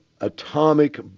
atomic